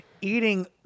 eating